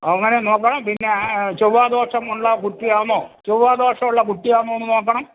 അങ്ങനെ നോക്കണം പിന്നെ ചൊവ്വാ ദോഷം ഉള്ള കുട്ടിയാണോ ചൊവ്വാദോഷം ഉള്ള കുട്ടിയാണോ എന്ന് നോക്കണം